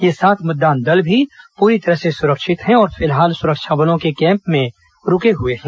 ये सात मतदान दल भी पूरी तरह से सुरक्षित हैं और फिलहाल सुरक्षा बलों के कैम्प में रूके हुए हैं